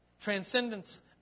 Transcendence